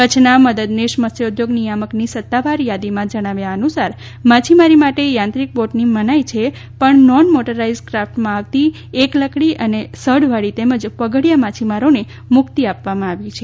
કચ્છના મદદનીશ મત્સ્યોદ્યોગ નિયામકની સત્તાવાર યાદીમાં જણાવ્યા અનુસાર માછીમારી માટે થાંત્રિક બોટની મનાઈ છે પણ નોન મોટરાઈઝ્ડ કાફ્ટમાં આવતી એક લકડી અને સઢવાળી હોડી તેમજ પગડિયા માછીમારોને મુક્તિ આપવામાં આવી છે